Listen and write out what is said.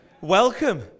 Welcome